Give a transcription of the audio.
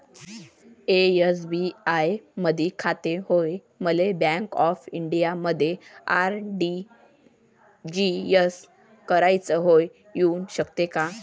SBI मधी खाते हाय, मले बँक ऑफ इंडियामध्ये आर.टी.जी.एस कराच हाय, होऊ शकते का?